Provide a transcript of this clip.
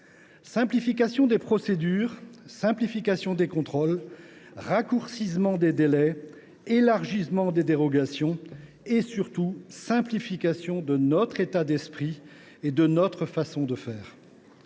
simplification des procédures, simplification des contrôles, raccourcissement des délais, élargissement des dérogations et, surtout, simplification de notre état d’esprit et de notre façon de faire.